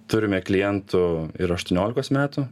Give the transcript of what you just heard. turime klientų ir aštuoniolikos metų